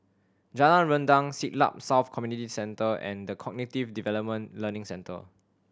Jalan Rendang Siglap South Community Centre and The Cognitive Development Learning Centre